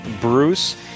Bruce